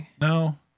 No